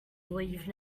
leave